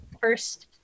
first